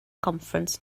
conference